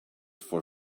for